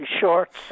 shorts